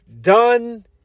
done